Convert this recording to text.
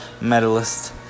medalist